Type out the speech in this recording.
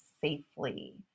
safely